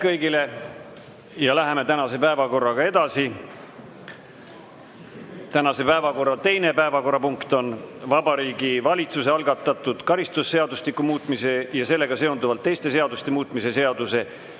kõigile! Läheme tänase päevakorraga edasi. Tänase päevakorra teine punkt on Vabariigi Valitsuse algatatud karistusseadustiku muutmise ja sellega seonduvalt teiste seaduste muutmise seaduse